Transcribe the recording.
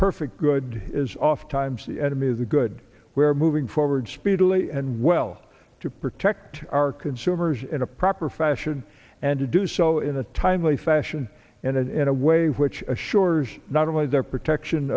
perfect good is off times the enemy is a good where moving forward speedily and well to protect our consumers in a proper fashion and to do so in a timely fashion and in a way which shores not only their protection